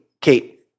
Kate